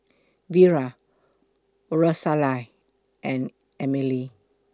Vira Rosalia and Emile